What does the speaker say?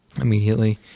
immediately